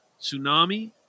Tsunami